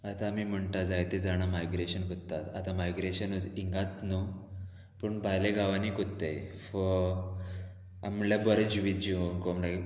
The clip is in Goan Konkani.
आतां आमी म्हणटा जायते जाणां मायग्रेशन कोत्ता आतां मायग्रेशन इंगाच न्हू पूण भायल्या गांवांनी कोत्ताय फॉर म्हणल्यार बरें जिवीत जियोंक म्हुणल्यारी